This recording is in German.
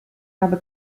habe